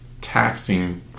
taxing